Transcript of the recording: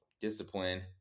discipline